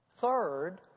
Third